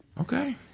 okay